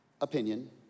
opinion